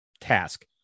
task